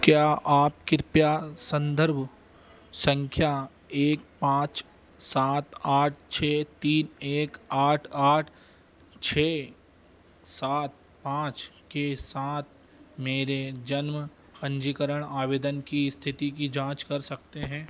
क्या आप कृपया संदर्भ संख्या एक पाँच सात आठ छः तीन एक आठ आठ छः सात पाँच के साथ मेरे जन्म पंजीकरण आवेदन की स्थिति की जाँच कर सकते हैं